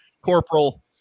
Corporal